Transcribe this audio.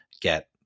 get